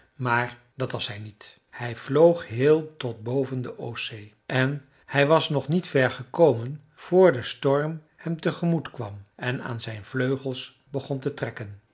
maar dat was hij niet hij vloog heel tot boven de oostzee en hij was nog niet ver gekomen voor de storm hem tegemoet kwam en aan zijn vleugels begon te trekken